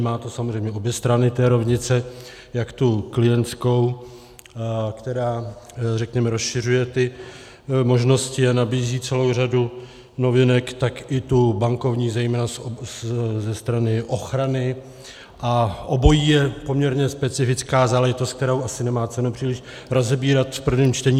Má to samozřejmě obě strany té rovnice, jak tu klientskou, která, řekněme, rozšiřuje ty možnosti a nabízí celou řadu novinek, tak i tu bankovní, zejména ze strany ochrany, a obojí je poměrně specifická záležitost, kterou asi nemá cenu příliš rozebírat v prvním čtení.